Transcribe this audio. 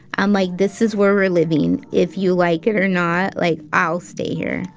i'm like, this is where we're living. if you like it or not, like i'll stay here.